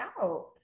out